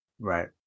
Right